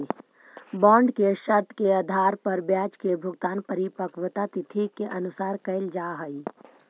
bond के शर्त के आधार पर ब्याज के भुगतान परिपक्वता तिथि के अनुसार कैल जा हइ